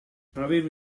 aveva